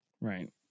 Right